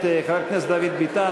אני מתכבד להזמין את חבר הכנסת דוד ביטן,